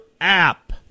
app